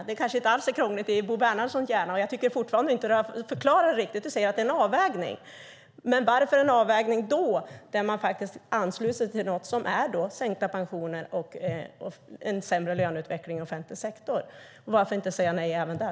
Det kanske inte alls är krångligt i Bo Bernhardssons hjärna, men jag tycker fortfarande inte att du har förklarat det hela. Du säger att det är en avvägning. Varför gör man en avvägning där man faktiskt ansluter sig till något som innebär sänkta pensioner och en sämre löneutveckling i offentlig sektor? Varför säger man inte nej även där?